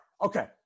Okay